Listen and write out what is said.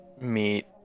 meet